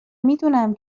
میدونم